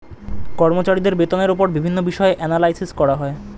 কর্মচারীদের বেতনের উপর বিভিন্ন বিষয়ে অ্যানালাইসিস করা হয়